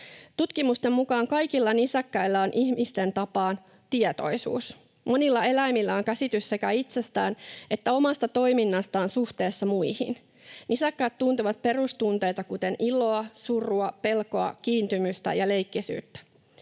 Tutkimusten mukaan kaikilla nisäkkäillä on ihmisten tapaan tietoisuus. Monilla eläimillä on käsitys sekä itsestään että omasta toiminnastaan suhteessa muihin. Nisäkkäät tuntevat perustunteita, kuten iloa, surua, pelkoa, kiintymystä ja leikkisyyttä.